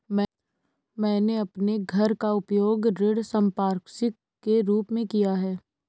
मैंने अपने घर का उपयोग ऋण संपार्श्विक के रूप में किया है